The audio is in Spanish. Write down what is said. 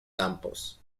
campos